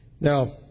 Now